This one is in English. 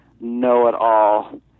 know-it-all